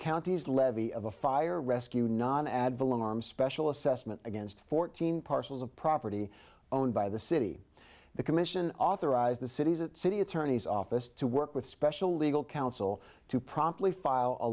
county's levy of a fire rescue non advil alarm special assessment against fourteen parcels of property owned by the city the commission authorized the city's that city attorney's office to work with special legal counsel to promptly file a